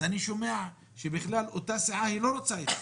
אני שומע שבכלל אותה סיעה לא רוצה את זה.